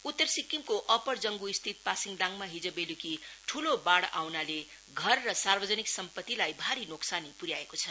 उत्तर सिक्किमको अपर जंगुस्थित पासिङदाङमा हिज बेलुकी ठुलो बाढ़ आउनाले घर र सार्वजनिक सम्पत्तिलाई भारी क्षति पुर्याएको छ